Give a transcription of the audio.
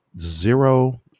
Zero